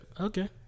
Okay